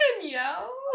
Danielle